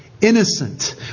innocent